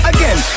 Again